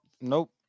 Nope